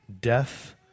Death